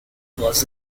was